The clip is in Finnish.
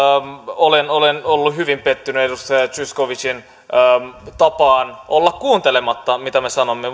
olen olen ollut hyvin pettynyt edustaja zyskowiczin tapaan olla kuuntelematta mitä me sanomme